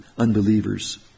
unbelievers